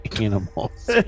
animals